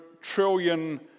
trillion